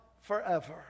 forever